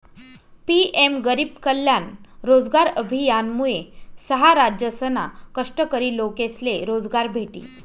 PM गरीब कल्याण रोजगार अभियानमुये सहा राज्यसना कष्टकरी लोकेसले रोजगार भेटी